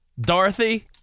Dorothy